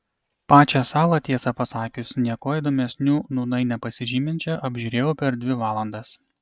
pačią salą tiesą pasakius niekuo įdomesniu nūnai nepasižyminčią apžiūrėjau per dvi valandas